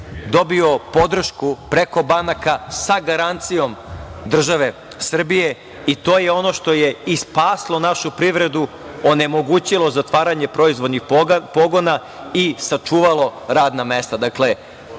dobio podršku preko banaka, sa garancijom države Srbije i to je ono što je i spaslo našu privredu, onemogućilo zatvaranje proizvodnih pogona i sačuvalo radna mesta.